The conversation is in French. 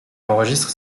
enregistre